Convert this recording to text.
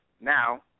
now